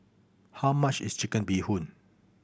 how much is Chicken Bee Hoon